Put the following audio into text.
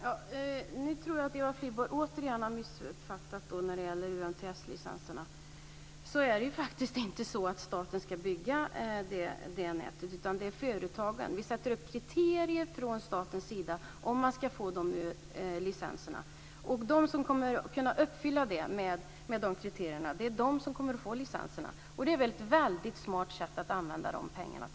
Fru talman! Nu tror jag att Eva Flyborg återigen har missuppfattat detta med UMTS-licenserna. Det är ju faktiskt inte så att staten ska bygga det nätet, utan det är företagen. Vi ställer upp kriterier för hur man ska få licenserna. De som kommer att kunna uppfylla kriterierna kommer att få licenserna. Det är väl ett väldigt smart sätt att använda de pengarna på?